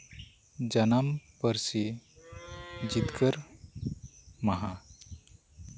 ᱡᱟᱱᱟᱢ ᱯᱟᱹᱨᱥᱤ ᱡᱤᱛᱠᱟᱹᱨ ᱢᱟᱦᱟ